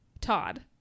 Todd